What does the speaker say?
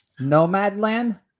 Nomadland